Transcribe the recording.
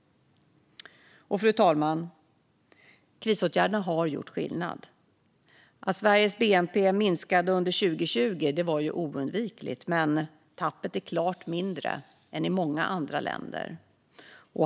Fru talman! Krisåtgärderna har gjort skillnad. Att Sveriges bnp minskade under 2020 var oundvikligt, men tappet är klart mindre än i många andra länder.